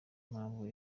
mpamvu